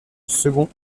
second